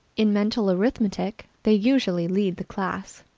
in mental arithmetic, they usually lead the class.